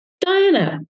Diana